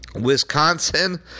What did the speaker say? Wisconsin